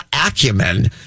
acumen